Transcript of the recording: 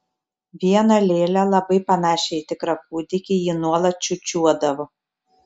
vieną lėlę labai panašią į tikrą kūdikį ji nuolat čiūčiuodavo